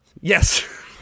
Yes